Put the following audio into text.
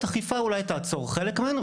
אכיפה אולי תעצור חלק מהן,